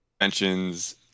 mentions